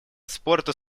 спорту